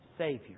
Savior